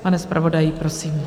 Pane zpravodaji, prosím.